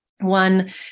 One